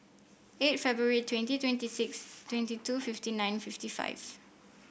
eight February twenty twenty six twenty two fifty nine fifty five